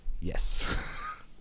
Yes